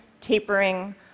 tapering